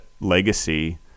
legacy